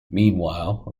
meanwhile